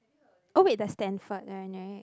oh wait the Stanford one [right]